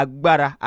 Agbara